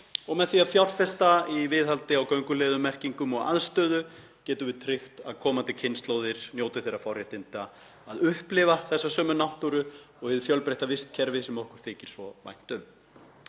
og með því að fjárfesta í viðhaldi á gönguleiðum, merkingum og aðstöðu getum við tryggt að komandi kynslóðir njóti þeirra forréttinda að upplifa þessa sömu náttúru og hið fjölbreytta vistkerfi sem okkur þykir svo vænt um.